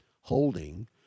holding